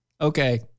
Okay